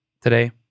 today